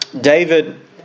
David